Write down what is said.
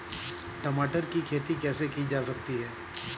टमाटर की खेती कैसे की जा सकती है?